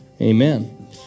Amen